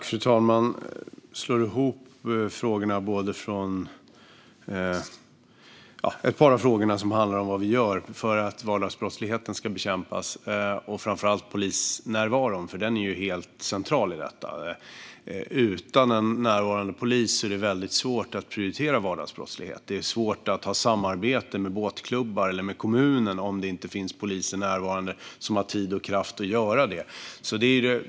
Fru talman! Jag slår ihop ett par av frågorna som handlar om vad vi gör för att vardagsbrottsligheten ska bekämpas och, framför allt, om polisnärvaron. Den är nämligen helt central i detta - utan en närvarande polis är det väldigt svårt att prioritera vardagsbrottslighet. Det är svårt att ha samarbeten med båtklubbar eller kommunen om det inte finns poliser närvarande som har tid och kraft att göra det.